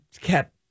kept